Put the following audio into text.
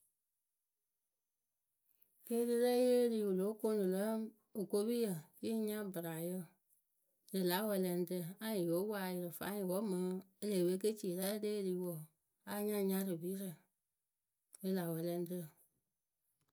Keerirɛ yee ri wɨ lóo koonu lǝ okopiyǝ yɨŋ nya bɨrrayǝnrɨ lah wɛɛlɛŋrǝ anyɩŋ yo poŋ ayɩrɩ fwanyɩ wǝ́ mɨŋ e lee pe ke ci rɛ le eri wǝǝ a nya nyarɨpirǝ rɨ lä wɛlɛŋrǝ.